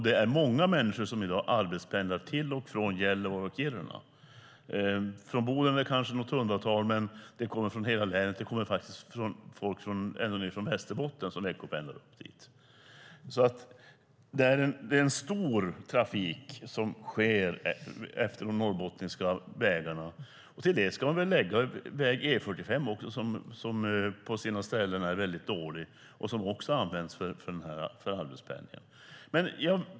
Det är många människor som i dag arbetspendlar till och från Gällivare och Kiruna. Från Boden är det kanske något hundratal. Men det kommer människor från hela länet. Det kommer människor ända nerifrån Västerbotten som veckopendlar dit. Det är en stor trafik som sker efter de norrbottniska vägarna. Till det ska man också lägga väg E45. Den är på sina ställen väldigt dålig, och den används också för arbetspendlingen.